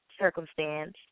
circumstance